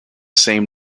same